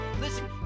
Listen